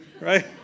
right